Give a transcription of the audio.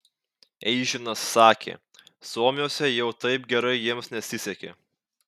eižinas sakė suomiuose jau taip gerai jiems nesisekė